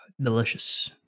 Delicious